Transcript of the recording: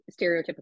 stereotypical